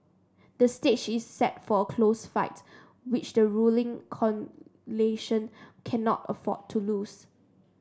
the stage is set for a close fight which the ruling coalition cannot afford to lose